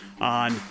on